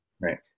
Right